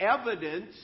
evidence